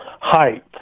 height